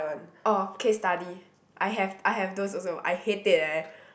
orh case study I have I have those also I hate it eh